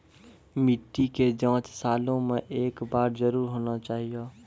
मिट्टी के जाँच सालों मे एक बार जरूर होना चाहियो?